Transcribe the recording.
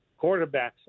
quarterbacks